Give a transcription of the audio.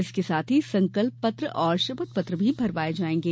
इसके साथ ही संकल्प पत्र और शपथ पत्र भी भरवाए जाएंगे